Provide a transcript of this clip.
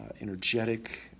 energetic